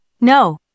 no